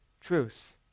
truth